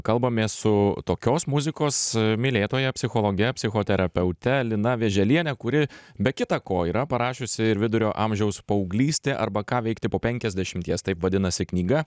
kalbamės su tokios muzikos mylėtoja psichologe psichoterapeute lina vėželiene kuri be kita ko yra parašiusi ir vidurio amžiaus paauglystė arba ką veikti po penkiasdešimties taip vadinasi knyga